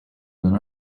than